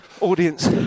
audience